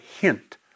hint